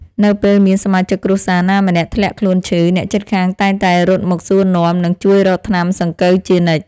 នៅពេលមានសមាជិកគ្រួសារណាម្នាក់ធ្លាក់ខ្លួនឈឺ អ្នកជិតខាងតែងតែរត់មកសួរនាំ និងជួយរកថ្នាំសង្កូវជានិច្ច។